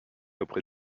auprès